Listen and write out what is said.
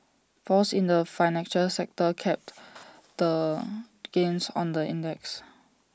falls in the financial sector capped the gains on the index